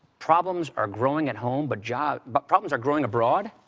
problems are growing at home, but jobs but problems are growing abroad,